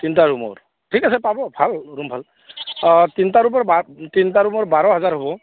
তিনিটা ৰুমৰ ঠিক আছে পাব ভাল ৰুম ভাল তিনিটা ৰুমৰ ভাল তিনিটা ৰুমৰ বাৰ হেজাৰ হ'ব